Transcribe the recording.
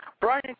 Brian